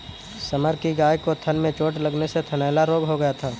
summer की गाय को थन में चोट लगने से थनैला रोग हो गया था